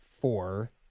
four